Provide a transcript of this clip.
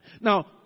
Now